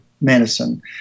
medicine